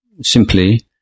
simply